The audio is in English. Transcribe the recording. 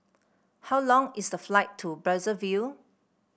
how long is the flight to Brazzaville